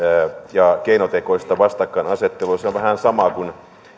ja keinotekoista vastakkainasettelua se on vähän sama kuin